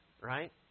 right